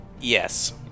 Yes